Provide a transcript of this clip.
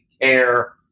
care